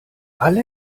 alle